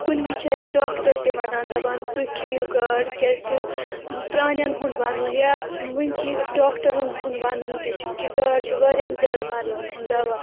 کُنہِ وِز چھِ اَسہِ ڈاکٹر تہِ وَنان دَپان تُہۍ کھیٚیِو گاڈ کیٛازِکہِ پرٛانٮ۪ن ہُنٛد وَنُن یا وٕنۍ کہِ ڈاکٹرَن ہُنٛد وَنُن تہِ چھِ کہِ گاڈ چھِ واریاہ زیادٕ مرضن ہُنٛد دوا